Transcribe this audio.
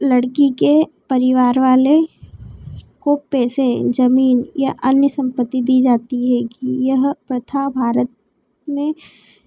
लड़की के परिवार वाले को पैसे ज़मीन या अन्य संपत्ति दी जाती है यह प्रथा भारत में